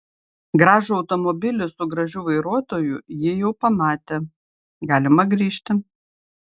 gražų automobilį su gražiu vairuotoju ji jau pamatė galima grįžti